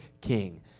King